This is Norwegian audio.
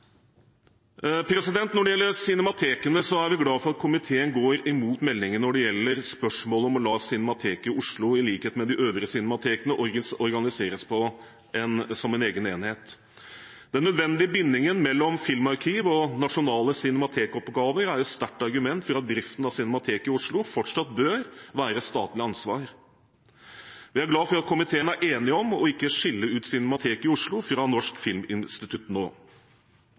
Når det gjelder cinematekene, er vi glade for at komiteen går imot meldingen når det gjelder spørsmålet om å la Cinemateket i Oslo, i likhet med de øvrige cinematekene, organiseres som en egen enhet. Den nødvendige bindingen mellom filmarkiv og nasjonale cinematekoppgaver er et sterkt argument for at driften av cinemateket i Oslo fortsatt bør være et statlig ansvar. Vi er glade for at komiteen er enig om ikke å skille ut Cinemateket i Oslo fra Norsk filminstitutt nå.